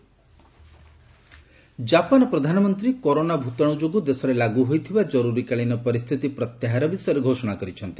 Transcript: Japan emergency Japan ପ୍ରଧାନମନ୍ତ୍ରୀ corona ଭୂତାଣୁ ଯୋଗୁଁ ଦେଶରେ ଲାଗୁ ହୋଇଥିବା ଜର୍ରରୀକାଳୀନ ପରିସ୍ଥିତି ପ୍ରତ୍ୟାହାର ବିଷୟରେ ଘୋଷଣା କରିଛନ୍ତି